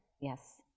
Yes